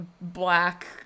black